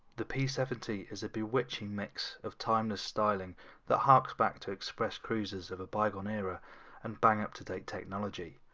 the p seven zero is a bewitching mix of timeless styling that harks back to express cruises of a bygone era and bang up to date technology.